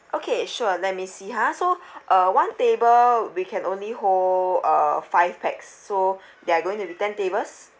okay sure let me see ha so uh one table we can only hold uh five pax so they're going to be ten tables